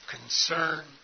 concern